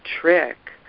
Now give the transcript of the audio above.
trick